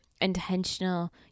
intentional